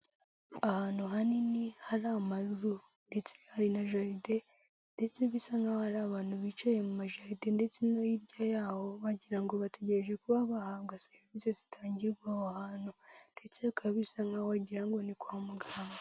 Ahantu hanini hari amazu ndetse hari na jaride ndetse bisa nk’aho hari abantu bicaye mu majaride ndetse no hirya yaho, wagira ngo bategereje kuba bahabwa serivisi zitangirwa aho hantu ndetse bikaba bisa nk'aho wagira ngo ni kwa muganga.